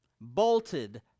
bolted